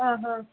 ಹಾಂ ಹಾಂ